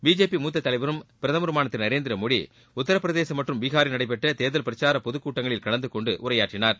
BJP மூத்த தமைவரும் பிரதமருமான திரு நரேந்திரமோடி உத்தரப்பிரதேசம் மற்றும் பீஹாரில நடைபெற்ற தேர்தல் பிரச்சார பொதுக்கூட்டங்களில் கலந்துகொண்டு உரையாற்றினார்